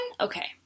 okay